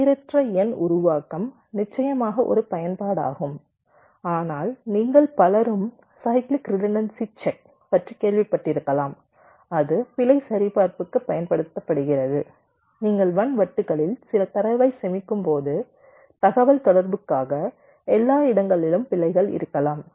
சீரற்ற எண் உருவாக்கம் நிச்சயமாக ஒரு பயன்பாடாகும் ஆனால் நீங்கள் பலரும் சைக்ளிக் ரிடன்டன்சி செக் பற்றி கேள்விப்பட்டிருக்கலாம் இது பிழை சரிபார்ப்புக்கு பயன்படுத்தப்படுகிறது நீங்கள் வன் வட்டுகளில் சில தரவை சேமிக்கும்போது தகவல்தொடர்புக்காக எல்லா இடங்களிலும் பிழைகள் இருக்கலாம்